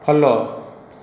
follow